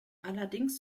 allerdings